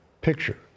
picture